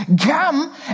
Come